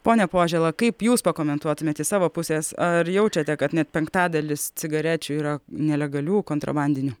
pone požela kaip jūs pakomentuotumėt iš savo pusės ar jaučiate kad net penktadalis cigarečių yra nelegalių kontrabandinių